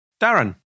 Darren